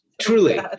Truly